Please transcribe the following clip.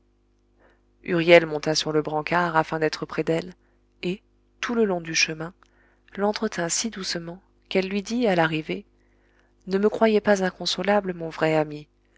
huriel monta sur le brancard afin d'être près d'elle et tout le long du chemin l'entretint si doucement qu'elle lui dit à l'arrivée ne me croyez pas inconsolable mon vrai ami